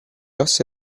ossa